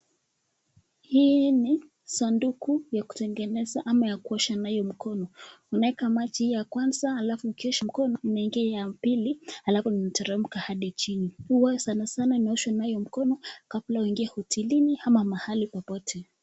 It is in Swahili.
Hii ni sanduku ya kutengeneza ama ya kuosha nayo mikono. Unaweka maji ya kwanza halafu ukiosha mikono, inaingia ya pili halafu inateremka hadi chini. Huwa sanasana unaosha nayo mikono kabla uingie hotelini ama mahali popote